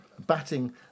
batting